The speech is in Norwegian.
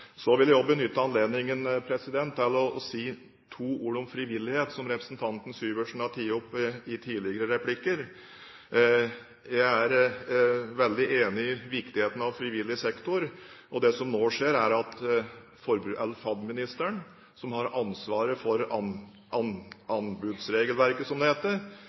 Så vil jeg også benytte anledningen til å si to ord om frivillighet, som representanten Syversen har tatt opp i tidligere replikker. Jeg er veldig enig i viktigheten av frivillig sektor. Det som nå skjer, er at administrasjonsministeren, som har ansvaret for anbudsregelverket, som det heter,